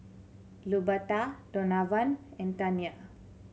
Luberta Donavan and Tania